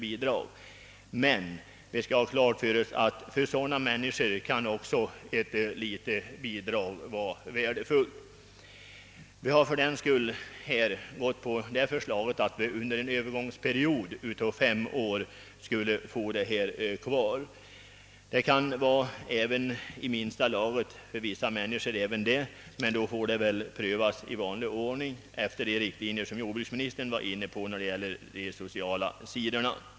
Vi skall emellertid ha klart för oss att även ett litet bidrag kan vara värdefullt för dessa människor. Fördenskull har vi ställt oss bakom förslaget att behålla detta bidrag under en övergångsperiod av fem år.